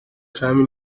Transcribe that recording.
kami